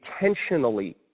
intentionally